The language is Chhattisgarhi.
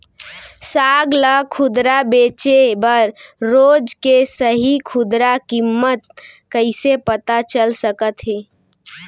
साग ला खुदरा बेचे बर रोज के सही खुदरा किम्मत कइसे पता चल सकत हे?